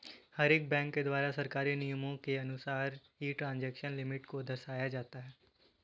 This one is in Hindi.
हर एक बैंक के द्वारा सरकारी नियमों के अनुसार ही ट्रांजेक्शन लिमिट को दर्शाया जाता है